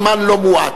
זמן לא מועט.